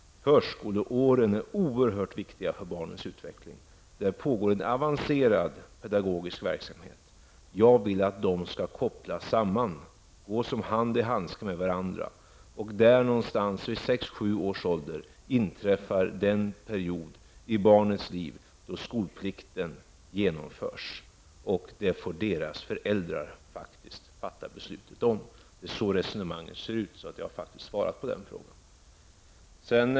Förskoleåldern är oerhört viktig för barnens utveckling. Därunder pågår en avancerad pedagogisk verksamhet. Jag vill att dessa verksamheter skall kopplas samman, gå som hand i handsken med varandra. Vid sex sju års ålder inträffar den period i barnens liv då skolplikten genomförs. Det får deras föräldrar fatta beslut om. Det är så resonemanget ser ut, så jag har faktiskt svarat på frågan.